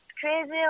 crazy